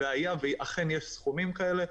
והיה ואכן יש סכומים כאלה,